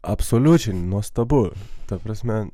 absoliučiai nuostabu ta prasme